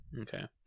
Okay